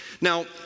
now